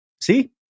see